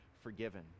forgiven